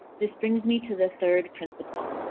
this brings me to the third principle.